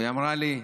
והיא אמרה לי: